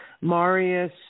Marius